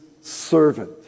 servant